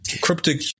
Cryptic